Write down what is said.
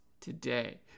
today